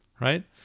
right